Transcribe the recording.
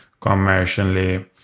commercially